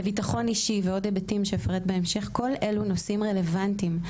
לביטחון אישי ועוד היבטים שאפרט בהמשך כל אלו נושאים רלוונטיים,